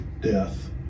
death